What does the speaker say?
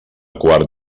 quart